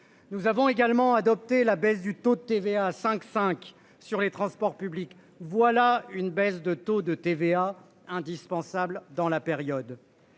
Nous avons également adopté la baisse du taux de TVA à 5 5 sur les transports publics. Voilà une baisse de taux de TVA indispensable dans la période.